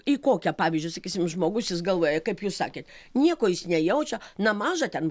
į kokią pavyzdžiui sakysim žmogus jis galvoja kaip jūs sakėt nieko nejaučia na maža ten